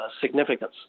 significance